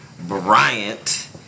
Bryant